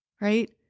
right